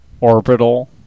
Orbital